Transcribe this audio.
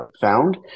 found